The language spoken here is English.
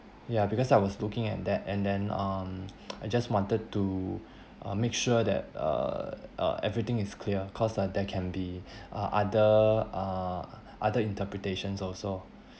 ya because I was looking at that and then um I just wanted to uh make sure that uh uh everything is clear cause ah that can be uh other uh other interpretations also